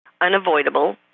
unavoidable